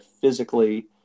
physically